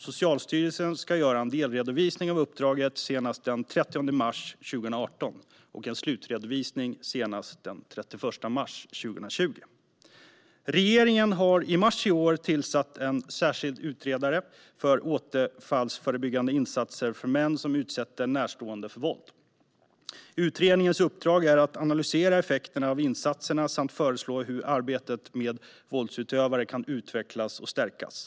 Socialstyrelsen ska göra en delredovisning av uppdraget senast den 30 mars 2018 och en slutredovisning senast den 31 mars 2020. Regeringen tillsatte i mars i år en särskild utredare för återfallsförebyggande insatser för män som utsätter närstående för våld. Utredningens uppdrag är att analysera effekterna av insatserna samt föreslå hur arbetet med våldsutövare kan utvecklas och stärkas.